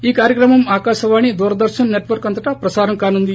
ఈ కార్యక్రమం ఆకాశవాణి దూరదర్పన్ నెట్వర్క్ అంతటా ప్రసారం కానుంది